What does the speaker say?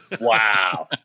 Wow